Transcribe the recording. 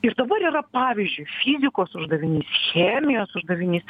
ir dabar yra pavyzdžiui fizikos uždavinys chemijos uždavinys